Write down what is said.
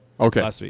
Okay